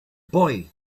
boy